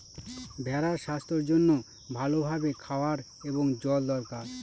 ভেড়ার স্বাস্থ্যের জন্য ভালো ভাবে খাওয়ার এবং জল দরকার